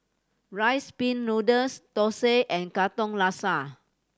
Rice Pin Noodles thosai and Katong Laksa